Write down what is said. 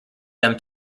them